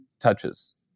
touches